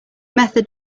method